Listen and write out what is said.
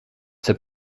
sais